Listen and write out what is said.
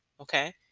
Okay